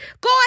Go